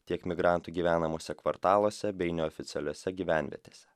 tiek migrantų gyvenamuose kvartaluose bei neoficialiose gyvenvietėse